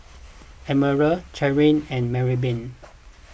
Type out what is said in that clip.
Emerald Cherelle and Marybeth